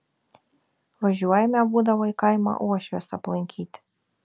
važiuojame būdavo į kaimą uošvės aplankyti